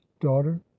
daughter